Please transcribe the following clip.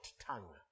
tongue